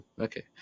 Okay